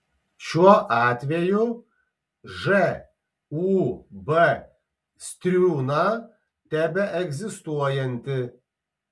šiuo atveju žūb striūna tebeegzistuojanti